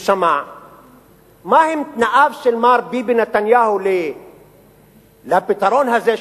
ושמע מהם תנאיו של מר ביבי נתניהו לפתרון הזה,